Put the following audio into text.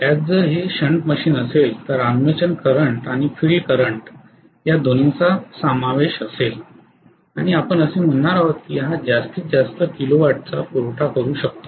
त्यात जर हे शंट मशीन असेल तर आर्मेचर करंट आणि फिल्ड करंट या दोन्हींचा समावेश असेल आणि आपण असे म्हणणार आहोत की हा जास्तीत जास्त किलोवॅटचा पुरवठा करू शकतो